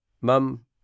Mum